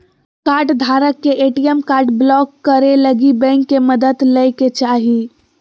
कार्डधारक के ATM card block करे लगी बैंक के मदद लय के चाही